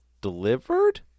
delivered